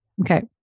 Okay